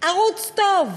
ערוץ טוב,